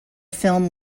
film